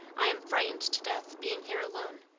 i am frightened to death, being here alone.